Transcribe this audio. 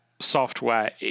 software